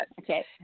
Okay